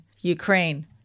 Ukraine